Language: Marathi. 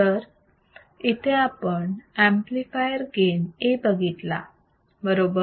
तर इथे आपण ऍम्प्लिफायर गेन A बघितला बरोबर